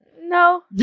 No